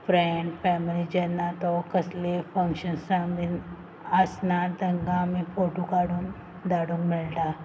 friend family जेन्ना तो कसले फंक्शन्सां बीन आसना तेंकां आमी फोटो काडून धाडूंक मेळटा